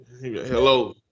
Hello